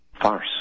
farce